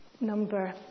number